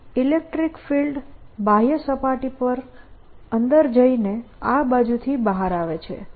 electric field બાહ્ય સપાટી પર અંદર જઈને આ બાજુથી બહાર આવે છે